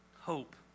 hope